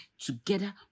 together